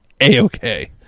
a-okay